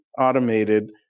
automated